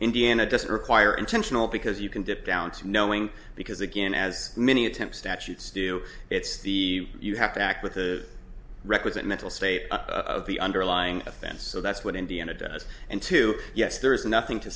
indiana doesn't require intentional because you can dip down to knowing because again as many attempts statutes do it's the you have to act with the requisite mental state of the underlying offense so that's what indiana does and to yes there is nothing to